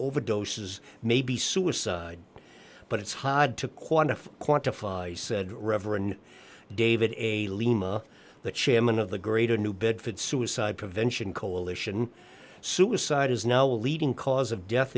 overdoses maybe suicide but it's hard to quantify quantify said reverend david a lima the chairman of the greater new bedford suicide prevention coalition suicide is now a leading cause of death